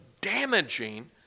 damaging